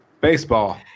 Baseball